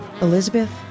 Elizabeth